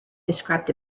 described